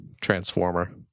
Transformer